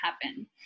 happen